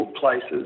places